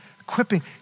equipping